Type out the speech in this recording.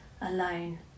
alone